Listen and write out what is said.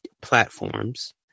platforms